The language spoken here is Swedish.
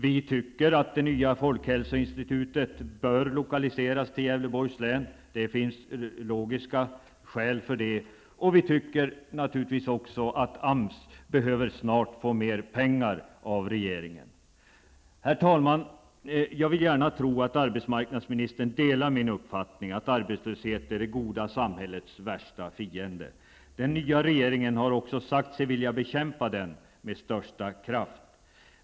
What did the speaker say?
Vi tycker att det nya folkhälsoinstitutet bör lokaliseras till Gävleborgs län. Det finns logiska skäl för det. Vi tycker naturligtvis också att AMS snart behöver få mer pengar av regeringen. Herr talman! Jag vill gärna tro att arbetsmarknadsministern delar min uppfattning att arbetslöshet är det goda samhällets värsta fiende. Den nya regeringen har också sagt sig vilja bekämpa den med största kraft.